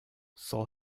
seoul